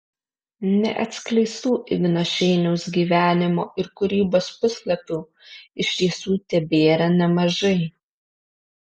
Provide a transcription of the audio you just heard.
neatskleistų igno šeiniaus gyvenimo ir kūrybos puslapių iš tiesų tebėra nemažai